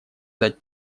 дать